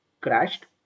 crashed